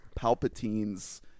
Palpatine's